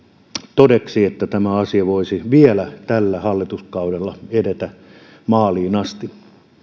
todeksi että tämä asia voisi vielä tällä hallituskaudella edetä maaliin asti